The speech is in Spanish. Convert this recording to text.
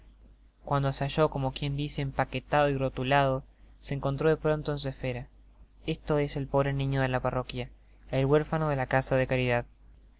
cuando se halló como quien dice empaiiuetado y rotulado se encontró de pronto en su esfera es'o es el pobre niño de la parroquia el huérfano de la casa de caridad